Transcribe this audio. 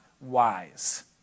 wise